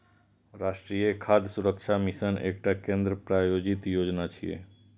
राष्ट्रीय खाद्य सुरक्षा मिशन एकटा केंद्र प्रायोजित योजना छियै